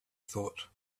thought